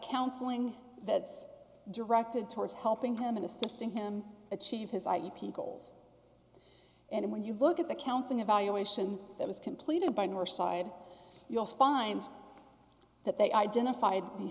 counseling that's directed towards helping him in assisting him achieve his i d p goals and when you look at the counseling evaluation that was completed by more side you'll find that they identified the